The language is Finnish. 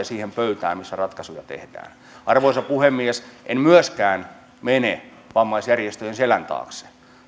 siihen pöytään missä ratkaisuja tehdään arvoisa puhemies en myöskään mene vammaisjärjestöjen selän taakse